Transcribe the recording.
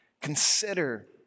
consider